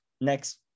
next